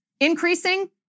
increasing